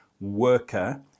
worker